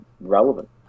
relevant